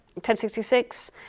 1066